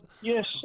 Yes